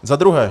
Za druhé.